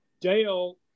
Dale